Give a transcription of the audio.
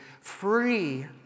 free